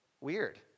Weird